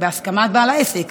בהסכמת בעל העסק.